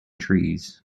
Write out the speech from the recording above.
trees